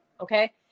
okay